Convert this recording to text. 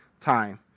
time